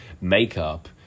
makeup